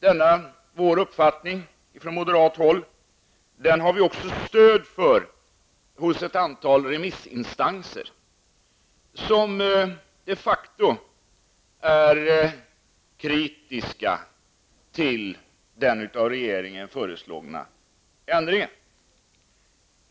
Denna vår uppfattning på moderat håll har vi också stöd för hos ett antal remissinstanser vilka de facto är kritiska till den av regeringen föreslagna ändringen.